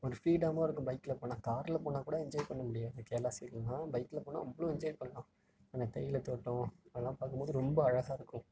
ஒரு ஸ்பீடாகவும் இருக்கும் பைக்கில் போனால் காரில் போனால் கூட என்ஜாய் பண்ண முடியாது கேரளா சைடெலாம் பைக்கில் போனால் அவ்வளோ என்ஜாய் பண்ணலாம் அந்த தேயிலை தோட்டம் அதெல்லாம் பார்க்கும் போது ரொம்ப அழகாக இருக்கும்